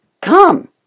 come